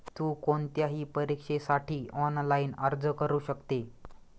तु कोणत्याही परीक्षेसाठी ऑनलाइन अर्ज करू शकते